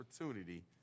opportunity